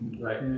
Right